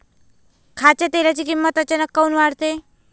खाच्या तेलाची किमत अचानक काऊन वाढते?